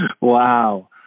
Wow